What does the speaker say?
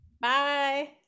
Bye